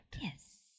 Yes